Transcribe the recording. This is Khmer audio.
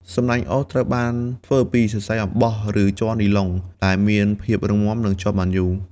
សំណាញ់អូស ត្រូវបានធ្វើពីសរសៃអំបោះ ឬជ័រនីឡុង ដែលមានភាពរឹងមាំ និងជាប់បានយូរ។